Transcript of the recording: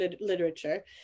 literature